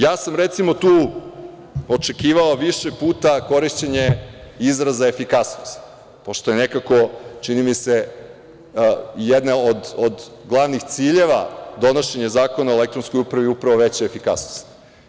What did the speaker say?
Ja sam, recimo, tu očekivao više puta korišćenje izraza „efikasnost“, pošto je nekako čini mi se jedan od glavnih ciljeva donošenja Zakona o elektronskoj upravi upravo veća efikasnost.